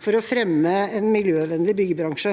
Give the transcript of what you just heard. for å fremme en miljøvennlig byggebransje.